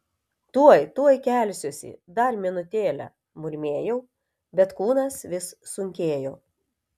tuoj tuoj kelsiuosi dar minutėlę murmėjau bet kūnas vis sunkėjo